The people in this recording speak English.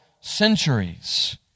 centuries